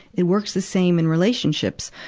it works the same in relationships.